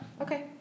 Okay